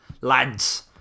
lads